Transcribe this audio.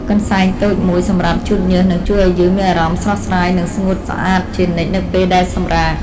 កន្សែងតូចមួយសម្រាប់ជូតញើសនឹងជួយឱ្យយើងមានអារម្មណ៍ស្រស់ស្រាយ និងស្ងួតស្អាតជានិច្ចនៅពេលដែលសម្រាក។